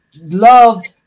loved